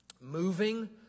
Moving